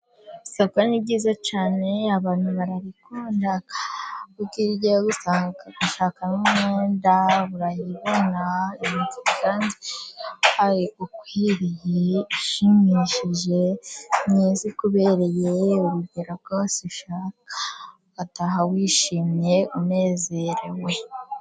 Isoko ni ryiza cyaneee, abantu bararikunda kuko iyo ugiye gushakamo umwenda, urayibona, igukwiriye, ishimishije neza, ikubereye. Urugero rwose ushaka, utaha wishimye, unezerewe!